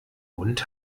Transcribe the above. mund